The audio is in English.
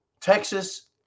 Texas